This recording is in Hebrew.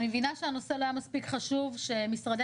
אני מבינה שהנושא לא היה מספיק חשוב שמשרדי